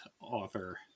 author